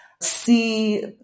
see